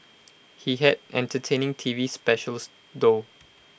he had entertaining T V specials though